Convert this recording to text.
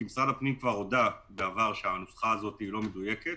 כי משרד הפנים כבר הודה בעבר שהנוסחה הזאת לא מדויקת.